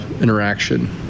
interaction